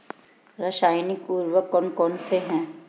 रासायनिक उर्वरक कौन कौनसे हैं?